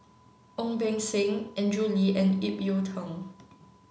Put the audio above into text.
Ong Beng Seng Andrew Lee and Ip Yiu Tung